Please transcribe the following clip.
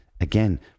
Again